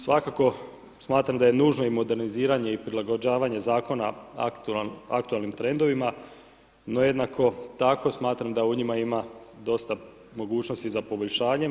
Svakako, smatram da je nužno i moderniziranje i prilagođavanje zakona aktualnim trendovima no jednako tako smatram da u njima ima dosta mogućnosti za poboljšanjem.